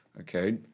Okay